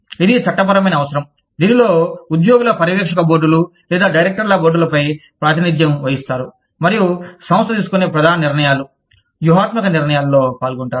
ఇది చట్టపరమైన అవసరం దీనిలో ఉద్యోగులు పర్యవేక్షక బోర్డులు లేదా డైరెక్టర్ల బోర్డులపై ప్రాతినిధ్యం వహిస్తారు మరియు సంస్థ తీసుకునే ప్రధాన నిర్ణయాలు వ్యూహాత్మక నిర్ణయాలలో పాల్గొంటారు